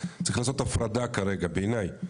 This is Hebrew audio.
צריך לעשות הפרדה כרגע בעיניי,